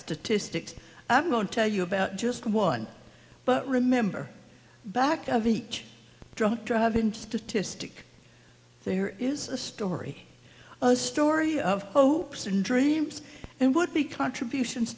statistics i'm going to tell you about just one but remember back of each drunk driving statistic there is a story a story of hopes and dreams and would be contributions